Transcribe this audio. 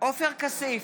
עופר כסיף,